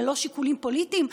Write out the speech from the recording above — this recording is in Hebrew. ללא שיקולים פוליטיים,